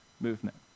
movement